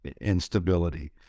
instability